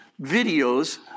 videos